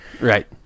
right